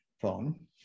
phone